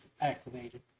activated